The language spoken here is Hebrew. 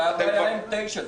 מה הבעיה עם 9:00?